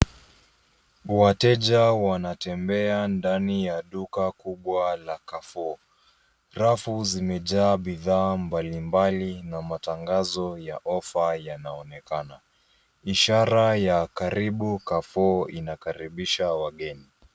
Wateja wanatembea ndani ya duka kubwa ya carrefour. Rafu zimejaa bidhaa mbalimbali na matangazo ya ofa yanaonekana. Ishara ya, karibu carrefour, inakaribisha wageni.